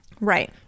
Right